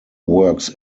works